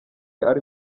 ari